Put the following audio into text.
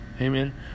Amen